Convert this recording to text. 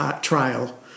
trial